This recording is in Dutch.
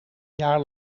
jaar